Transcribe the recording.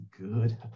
good